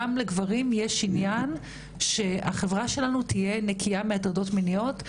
גם לגברים יש עניין שהחברה שלנו תהיה נקייה מהטרדות מיניות,